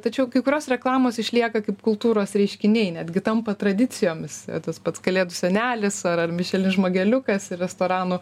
tačiau kai kurios reklamos išlieka kaip kultūros reiškiniai netgi tampa tradicijomis tas pats kalėdų senelis ar ar mišelin žmogeliukas ir restoranų